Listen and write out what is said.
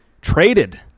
traded